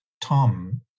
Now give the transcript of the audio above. Tom